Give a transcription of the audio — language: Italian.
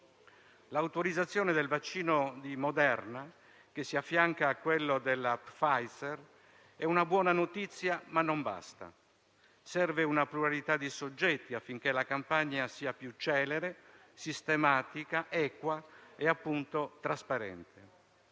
L'autorizzazione del vaccino di Moderna, che si affianca quello della Pfizer, è una buona notizia ma non basta: serve una pluralità di soggetti affinché la campagna sia più celere, sistematica, equa e - appunto - trasparente.